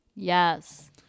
yes